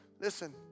Listen